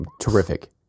Terrific